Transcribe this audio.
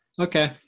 Okay